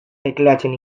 tekleatzen